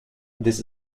this